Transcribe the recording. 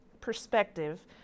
perspective